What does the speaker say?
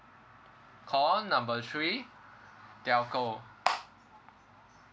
call number three telco